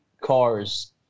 cars